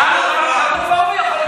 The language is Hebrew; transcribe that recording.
גם אם הוא רפורמי.